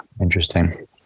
interesting